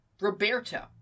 Roberto